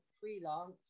freelance